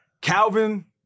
Calvin